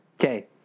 Okay